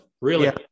really-